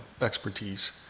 expertise